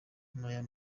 naya